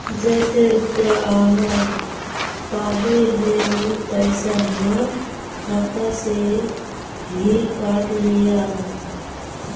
जयते रुपया आहाँ पाबे है उ पैसा हमर खाता से हि काट लिये आहाँ?